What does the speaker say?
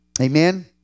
Amen